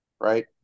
right